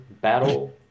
Battle